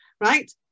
right